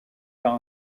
par